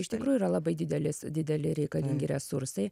iš tikrųjų yra labai didelis dideli reikalingi resursai